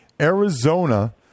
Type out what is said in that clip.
Arizona